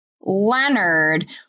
Leonard